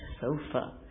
sofa